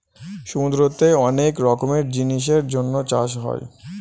সমুদ্রতে অনেক রকমের জিনিসের জন্য চাষ হয়